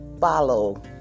follow